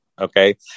okay